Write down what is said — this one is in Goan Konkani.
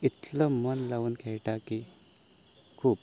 इतलो मन लावून खेळटा की खूब